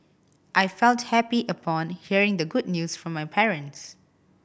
I felt happy upon hearing the good news from my parents